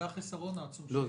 זה החיסרון העצום שיש לו -- לא,